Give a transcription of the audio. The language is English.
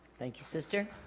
thank you sister